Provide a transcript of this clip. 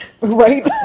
Right